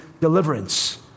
deliverance